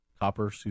copper